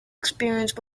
experienced